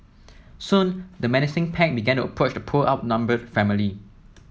soon the menacing pack began to approach the poor outnumbered family